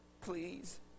please